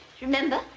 remember